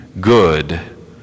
good